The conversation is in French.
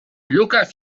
lukas